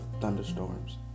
thunderstorms